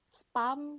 spam